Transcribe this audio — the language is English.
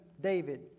David